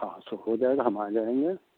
हाँ सो हो जाएगा हम आ जाएँगे